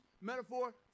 metaphor